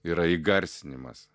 yra įgarsinimas